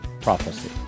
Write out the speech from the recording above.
PROPHECY